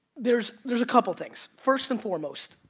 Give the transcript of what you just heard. there's there's a couple things first and foremost,